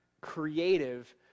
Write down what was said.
creative